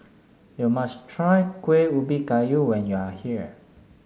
you must try Kuih Ubi Kayu when you are here